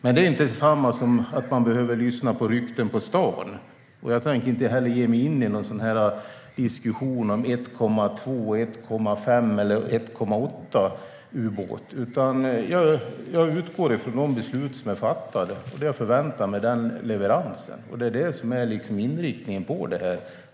Men det är inte detsamma som att man behöver lyssna på rykten på stan. Jag tänker inte heller ge mig in i någon diskussion om 1,2, 1,5 eller 1,8 ubåtar, utan jag utgår från de beslut som är fattade och förväntar mig leverans enligt dem. Det är det som är inriktningen.